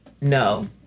no